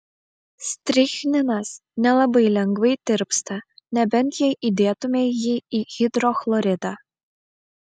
strichninas nelabai lengvai tirpsta nebent jei įdėtumei jį į hidrochloridą